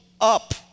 up